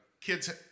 kids